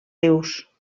rius